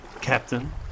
Captain